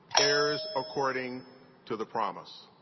heirs according to the promise